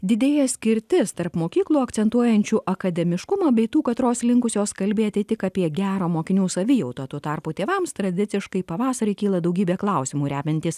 didėja skirtis tarp mokyklų akcentuojančių akademiškumą bei tų katros linkusios kalbėti tik apie gerą mokinių savijautą tuo tarpu tėvams tradiciškai pavasarį kyla daugybė klausimų remiantis